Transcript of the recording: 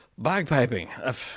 bagpiping